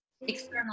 external